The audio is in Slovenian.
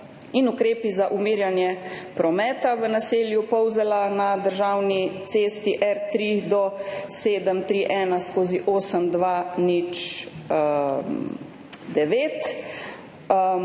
in ukrepi za umirjanje prometa v naselju Polzela na državni cesti R3-731/8209.